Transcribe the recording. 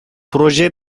proje